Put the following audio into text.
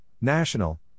national